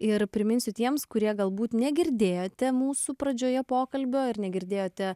ir priminsiu tiems kurie galbūt negirdėjote mūsų pradžioje pokalbio ir negirdėjote